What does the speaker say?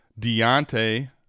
Deontay